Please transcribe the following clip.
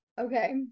Okay